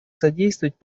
содействовать